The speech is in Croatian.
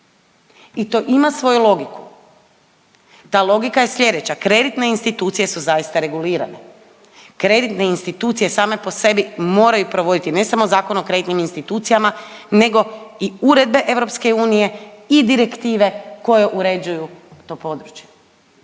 i to ima svoju logiku. Ta logika je sljedeća. Kreditne institucije, kreditne institucije same po sebi moraju provoditi, ne samo Zakon o kreditnim institucijama, nego i uredbe EU i direktive koje uređuju to područje.